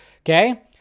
okay